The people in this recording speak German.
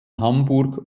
hamburg